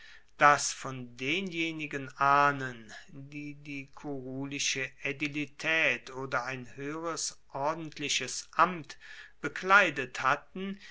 dass von denjenigen ahnen die die kurulische aedilitaet oder ein hoeheres ordentliches amt bekleidet hatten